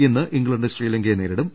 ഇന്ന് ഇംഗ്ലണ്ട് ശ്രീലങ്കയെ നേരിടും